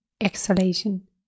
exhalation